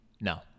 No